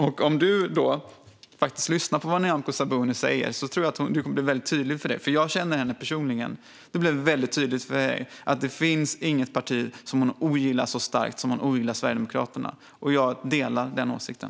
Om du, Mikael Eskilandersson, lyssnar på vad Nyamko Sabuni faktiskt säger, och jag känner henne personligen, kommer det att bli tydligt för dig att det inte finns något parti som hon ogillar så starkt som Sverigedemokraterna - och jag delar den åsikten.